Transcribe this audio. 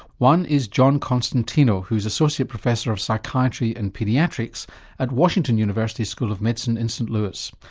one is john constantino who's associate professor of psychiatry and paediatrics at washington university school of medicine in st louis.